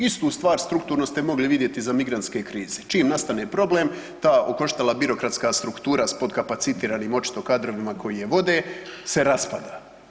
Istu stvar strukturnu ste mogli vidjeti za migrantske krize, čim nastane problem ta okoštala birokratska struktura s potkapacitiranim očito kadrovima koji je vode se raspada.